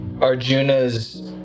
Arjuna's